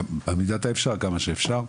במידת האפשר כמה שאפשר.